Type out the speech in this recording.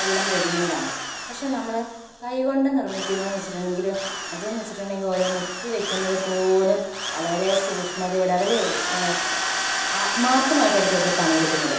എല്ലാം റെഡിമേഡാവുമ്പം പക്ഷെ നമ്മള് കൈകൊണ്ട് നിർമ്മിക്കുന്നതെന്ന് വെച്ചിട്ടുണ്ടെങ്കില് അതെന്ന് വെച്ചിട്ടുണ്ടെങ്കിൽ ഓരോ മുത്ത് വെക്കുന്നത് പോലും വളരെ സൂക്ഷ്മതയോടെ അവര് ആത്മാർത്ഥമായിട്ടായിരിക്കും അതില് പണിയെടുക്കുന്നത്